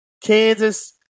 Kansas